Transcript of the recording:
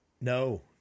no